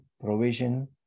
provision